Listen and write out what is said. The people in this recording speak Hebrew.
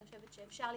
אני חושבת שאפשר להתכנס.